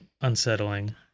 unsettling